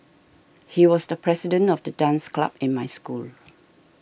he was the president of the dance club in my school